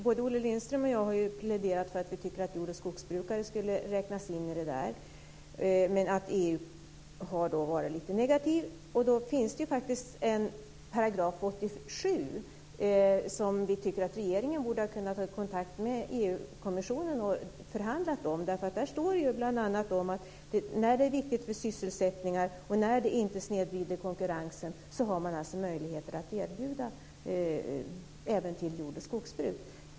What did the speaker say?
Både Olle Lindström och jag har ju pläderat för att jord och skogsbrukare skulle räknas in i det där, men EU har varit lite negativa. Det finns faktiskt en paragraf, § 87, som vi tycker att regeringen kunde ha tagit kontakt med EU-kommissionen för att förhandla om. Där står det bl.a. om att när det är viktigt för sysselsättningar och när det inte snedvrider konkurrensen har man möjlighet att erbjuda detta även till jord och skogsbruk.